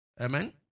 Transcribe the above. Amen